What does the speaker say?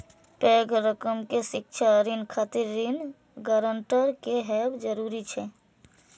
पैघ रकम के शिक्षा ऋण खातिर ऋण गारंटर के हैब जरूरी छै